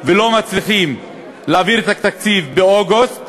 ולא מצליחים להעביר את התקציב באוגוסט